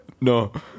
no